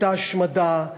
את ההשמדה,